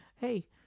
hey